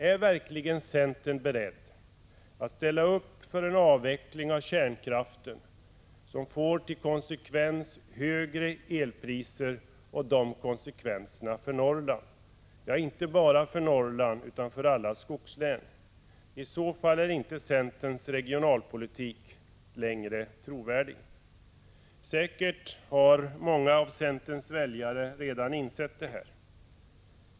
Är verkligen centern beredd att ställa upp för en avveckling av kärnkraften som får till konsekvens högre elpriser och dessa konsekvenser för Norrland — ja, inte bara för Norrland utan för alla skogslän? I så fall är inte centerns regionalpolitik längre trovärdig! Säkert har många av centerns väljare redan insett detta.